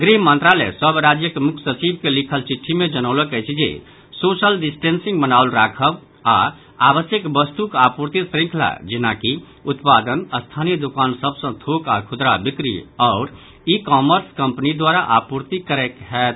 गृह मंत्रालय सभ राज्यक मुख्य सचिव के लिखल चिट्ठी मे जनौलक अछि जे सोशल डिस्टेंसिंग बनाओल राखव आ आवश्यक वस्तुक आपूर्ति श्रृंखला जेनाकि उत्पादन स्थानीय दूकान सभ सँ थोक आ खुदरा बिक्री आओर ई कॉमर्स कंपनीक द्वारा आपूर्ति करय होयत